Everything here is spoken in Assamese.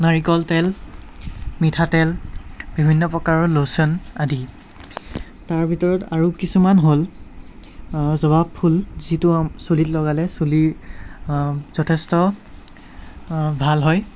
নাৰিকল তেল মিঠাতেল বিভিন্ন প্ৰকাৰৰ লোচন আদি তাৰ ভিতৰত আৰু কিছুমান হ'ল জবা ফুল যিটো চুলিত লগালে চুলি যথেষ্ট ভাল হয়